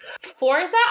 Forza